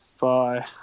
Bye